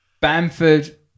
Bamford